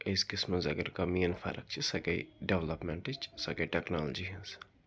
أزۍکِس منٛز اگر کانٛہہ مین فرق چھِ سۄ گٔے ڈٮ۪ولَپمٮ۪نٛٹٕچ سۄ گٔے ٹٮ۪کنالجی ہِنٛز